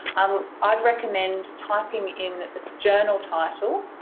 um i'd recommend typing in the journal title